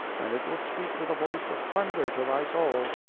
and it will speak with a voice of thunder to thy soul.